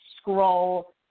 scroll